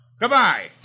Goodbye